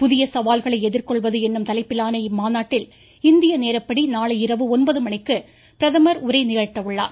புதிய சவால்களை எதிர்கொள்வது என்னும் தலைப்பிலான இம்மாநாட்டில் இந்திய நேரப்படி நாளை இரவு ஒன்பது மணிக்கு பிரதமர் உரையாற்ற உள்ளார்